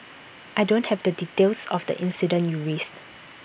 I don't have the details of the incident you raised